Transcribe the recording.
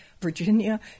Virginia